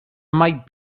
might